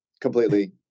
completely